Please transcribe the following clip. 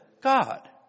God